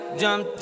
jump